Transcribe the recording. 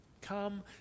Come